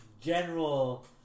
general